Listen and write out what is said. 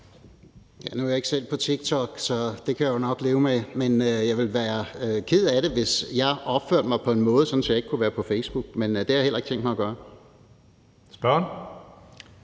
Nu er jeg ikke selv på TikTok, så det kan jeg jo nok leve med, men jeg ville være ked af det, hvis jeg opførte mig på sådan en måde, at jeg ikke kunne være på Facebook – men det har jeg heller ikke tænkt mig at gøre. Kl.